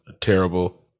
terrible